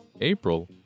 April